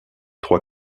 trois